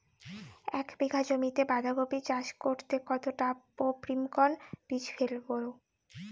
এক বিঘা জমিতে বাধাকপি চাষ করতে কতটা পপ্রীমকন বীজ ফেলবো?